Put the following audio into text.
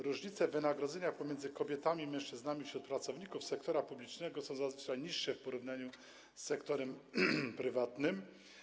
Różnice w wynagrodzeniach pomiędzy kobietami a mężczyznami wśród pracowników sektora publicznego są zazwyczaj niższe w porównaniu z sektorem prywatnym.